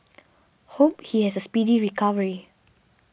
hope he has a speedy recovery